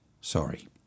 Sorry